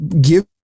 give